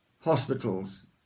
hospitals